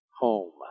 home